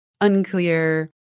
unclear